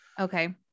Okay